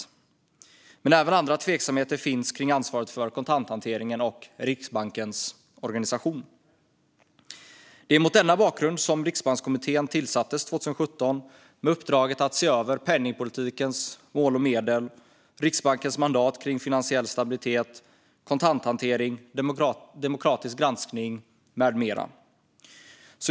Men det finns även andra tveksamheter kring ansvaret för kontanthanteringen och Riksbankens organisation. Det är mot denna bakgrund som Riksbankskommittén tillsattes 2017, med uppdraget att se över penningpolitikens mål och medel, Riksbankens mandat gällande finansiell stabilitet, kontanthantering, demokratisk granskning med mera.